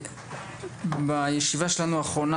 בישיבה האחרונה שלנו,